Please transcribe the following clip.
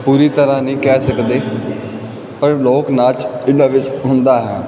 ਪੂਰੀ ਤਰ੍ਹਾਂ ਨੀ ਕਹਿ ਸਕਦੇ ਪਰ ਲੋਕ ਨਾਚ ਇਹਨਾਂ ਵਿੱਚ ਹੁੰਦਾ ਹੈ